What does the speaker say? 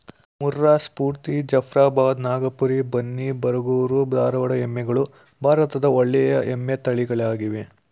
ಮುರ್ರಾ, ಸ್ಪೂರ್ತಿ, ಜಫ್ರಾಬಾದ್, ನಾಗಪುರಿ, ಬನ್ನಿ, ಬರಗೂರು, ಧಾರವಾಡ ಎಮ್ಮೆಗಳು ಭಾರತದ ಒಳ್ಳೆಯ ಎಮ್ಮೆ ತಳಿಗಳಾಗಿವೆ